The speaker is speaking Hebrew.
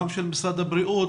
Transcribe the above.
גם של משרד הבריאות